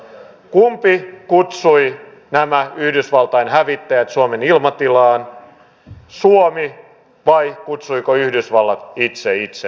kumpi kutsui nämä yhdysvaltain hävittäjät suomen ilmatilaan suomi vai kutsuiko yhdysvallat itse itsensä